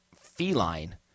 feline